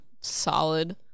solid